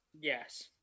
yes